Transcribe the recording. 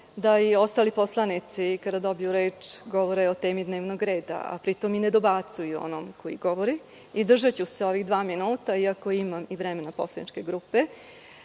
da i ostali poslanici kada dobiju reč govore o temi dnevnog reda, a pri tom i ne dobacuju onome koji govori. Držaću se ovih dva minuta iako imam vreme poslaničke grupe. Kao